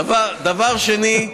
דבר שני,